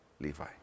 Levi